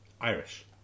Irish